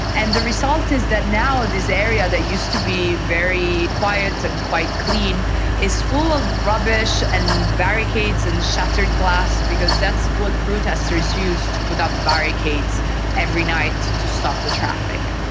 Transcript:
and the result is that now this area that used to be very quiet and quite clean is full of rubbish and barricades and shattered glass because that's what protesters use to put up barricades every night to stop the traffic.